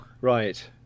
Right